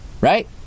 Right